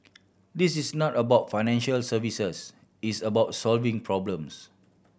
this is not about financial services it's about solving problems